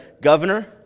governor